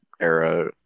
era